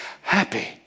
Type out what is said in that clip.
happy